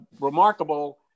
remarkable